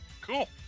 Cool